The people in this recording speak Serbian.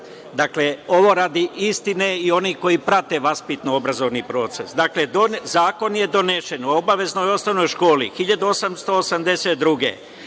Dakle, ovo radi istine i onih koji prate vaspitno-obrazovni proces. Zakon je donesen o obaveznoj osnovnoj školi 1882.